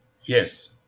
Yes